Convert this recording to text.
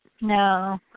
No